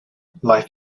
life